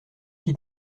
qui